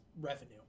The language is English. revenue